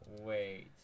Wait